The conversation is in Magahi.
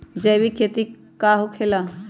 जैविक खेती का होखे ला?